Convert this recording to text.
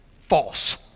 false